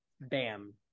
Bam